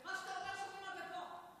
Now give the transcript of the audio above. מה שאתה אומר, שומעים עד לפה.